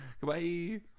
goodbye